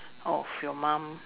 of your mom